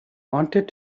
wanted